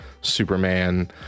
Superman